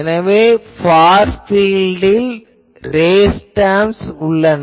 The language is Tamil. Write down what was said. எனவே ஃபார் பீல்டில் ரேஸ் டெர்ம்ஸ் உள்ளன